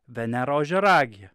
venera ožiaragyje